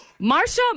Marsha